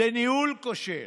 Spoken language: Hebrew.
זה ניהול כושל.